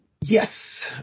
Yes